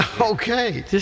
Okay